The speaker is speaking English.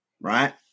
right